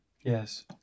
Yes